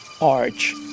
arch